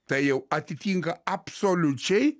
tai jau atitinka absoliučiai